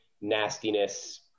nastiness